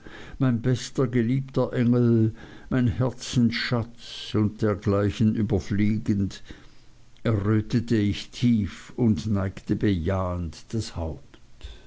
mein bester geliebter engel mein herzensschatz und dergleichen überfliegend errötete ich tief und neigte bejahend das haupt